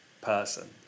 person